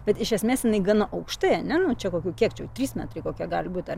bet iš esmės jinai gan aukštai ane nu čia kokių kiek čia jau trys metrai kokie gali būti ar